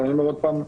ואני אומר עוד פעם: